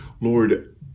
Lord